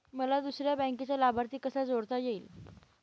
मला दुसऱ्या बँकेचा लाभार्थी कसा जोडता येईल?